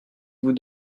vous